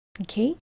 Okay